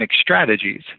strategies